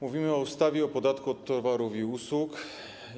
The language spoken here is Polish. Mówimy o ustawie o podatku od towarów i usług